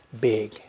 big